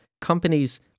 companies